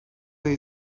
ayı